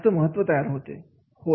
जास्त महत्त्व तयार होते